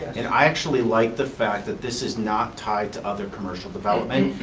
and i actually like the fact that this is not tied to other commercial development,